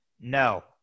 No